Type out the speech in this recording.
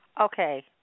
Okay